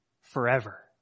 forever